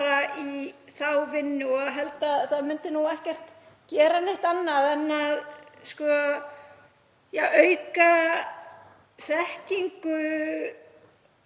fara í þá vinnu. Ég held að það myndi ekki gera neitt annað en að auka þekkingu